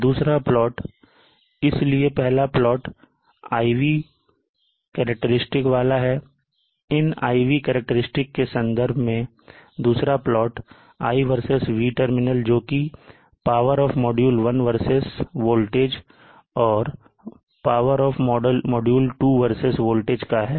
दूसरा प्लॉट इसलिए पहला प्लाट IV विशेषताओं वाला है इन IV विशेषताओं के संदर्भ में दूसरा प्लॉट I वर्सेस V टर्मिनल जोकि power of module 1 versus voltage और power of model 2 versus voltage का है